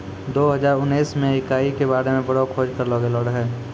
दो हजार उनैस मे इकाई के बारे मे बड़ो खोज करलो गेलो रहै